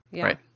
Right